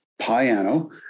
piano